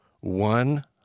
one